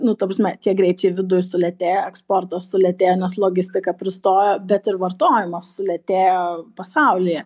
nu ta prasme tie greičiai viduj sulėtėja eksportas sulėtėja nes logistika pristojo bet ir vartojimas sulėtėjo pasaulyje